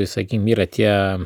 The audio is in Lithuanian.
sakykim yra tie